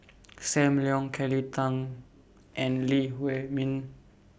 SAM Leong Kelly Tang and Lee Huei Min